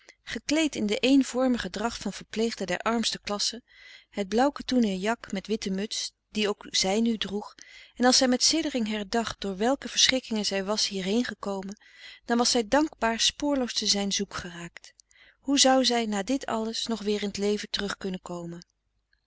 gekleed in de eenvormige dracht van verpleegden der armste klasse het blauw katoenen jak met de witte muts die ook zij nu droeg en als zij met siddering herdacht door welke verschrikkingen zij was hierheen gekomen dan was zij dankbaar spoorloos te zijn zoek geraakt hoe zou zij na dit alles nog weer in t leven terug kunnen komen